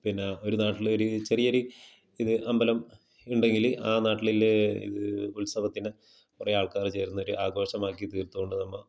പിന്നെ ഒരു നാട്ടിൽ ഒരു ചെറിയൊരു ഇത് അമ്പലം ഉണ്ടെങ്കിൽ ആ നാട്ടിൽ ഉത്സവത്തിന് കുറെ ആൾക്കാർ ചേരുന്ന ഒരു ആഘോഷമാക്കിത്തീർത്തോണ്ട് നമ്മൾ